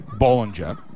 Bollinger